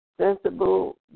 sensible